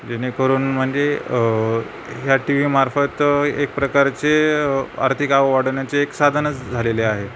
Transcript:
जेणेकरून म्हणजे ह्या टी व्हीमार्फत एक प्रकारचे आर्थिक आवक वाढवण्याचे एक साधनच झालेले आहे